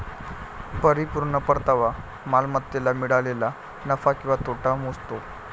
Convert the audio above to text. परिपूर्ण परतावा मालमत्तेला मिळालेला नफा किंवा तोटा मोजतो